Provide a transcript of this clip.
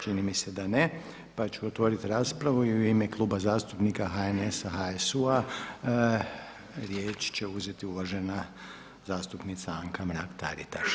Čini mi se da ne pa ću otvoriti raspravu i u ime Kluba zastupnika HNS-a, HSU-a riječ će uzeti uvažena zastupnica Anka Mrak Taritaš.